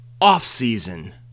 off-season